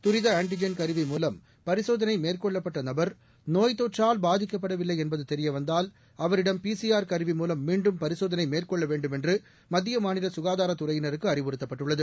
தரித antigen கருவி மூலம் பரிசோதனை மேற்கொள்ளப்பட்ட நபர் நோய்த் தொற்றால் பாதிக்கப்படவில்லை என்பது தெரியவந்தால் அவரிடம் பிசிஆர் கருவி மூலம் மீண்டும் பரிசோதனை மேற்கொள்ள வேண்டும் என்று மத்திய மாநில சுகாதாரத்துறையினருக்கு அறிவுறுத்தப்பட்டுள்ளது